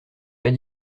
pas